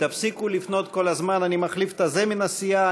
תפסיקו לפנות כל הזמן: אני מחליף את הזה מן הסיעה,